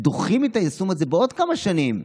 ודוחים את היישום הזה בעוד כמה שנים,